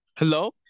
Hello